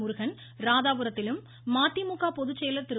முருகன் ராதாபுரத்திலும் மதிமுக பொதுச்செயலர் திரு